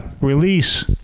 release